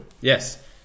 Yes